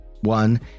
one